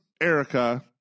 Erica